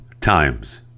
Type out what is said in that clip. times